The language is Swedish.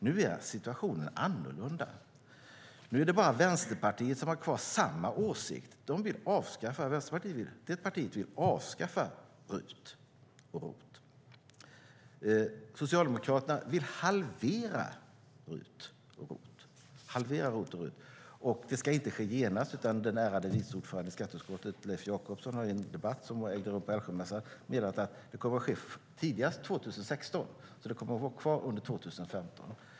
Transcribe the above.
Nu är situationen annorlunda. Nu har bara Vänsterpartiet kvar samma åsikt. Det partiet vill avskaffa RUT och ROT. Socialdemokraterna vill halvera RUT och ROT. Och det ska inte ske genast; den ärade vice ordföranden i skatteutskottet, Leif Jakobsson, menade i en debatt som ägde rum på Älvsjömässan att det kommer att ske tidigast 2016. Det kommer alltså att vara kvar under 2015.